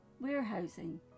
warehousing